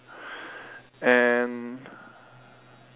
and